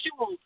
visuals